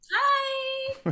Hi